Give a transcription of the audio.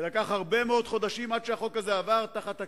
ולקח הרבה מאוד חודשים עד שהחוק הזה עבר תחת הכינוי,